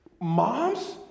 Moms